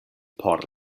por